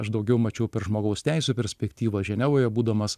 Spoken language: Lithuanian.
aš daugiau mačiau per žmogaus teisių perspektyvą ženevoje būdamas